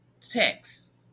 text